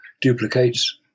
duplicates